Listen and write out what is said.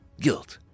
guilt